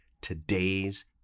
Today's